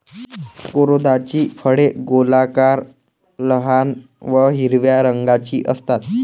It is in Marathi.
करोंदाची फळे गोलाकार, लहान व हिरव्या रंगाची असतात